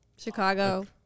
Chicago